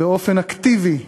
באופן אקטיבי,